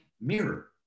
mirror